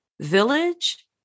village